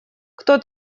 кто